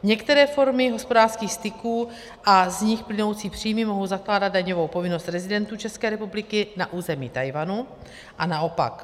Některé formy hospodářských styků a z nich plynoucí příjmy mohou zakládat daňovou povinnost rezidentů České republiky na území Tchajwanu a naopak.